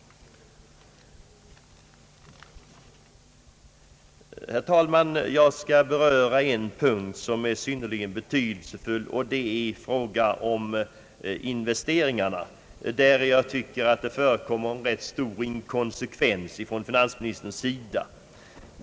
Herr talman! En punkt som är synnerligen betydelsefull gäller investeringarna, där jag anser att det förekommer stor inkonsekvens från finansministerns sida.